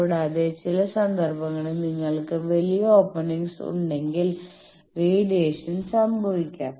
കൂടാതെ ചില സന്ദർഭങ്ങളിൽ നിങ്ങൾക്ക് വലിയ ഓപ്പണിങ്സ് ഉണ്ടെങ്കിൽ റേഡിയേഷൻ സംഭവിക്കാം